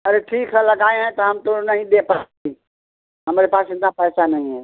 अरे ठीक है लगाए हैं तो हम तो नहीं दे सक ते हमारे पास इतना पैसा नहीं है